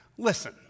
Listen